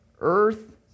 earth